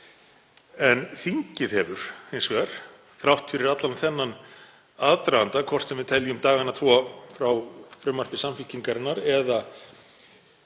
í skyndi. Þrátt fyrir allan þennan aðdraganda, hvort sem við teljum dagana tvo frá frumvarpi Samfylkingarinnar eða